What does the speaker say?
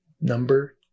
Number